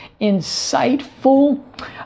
insightful